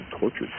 tortured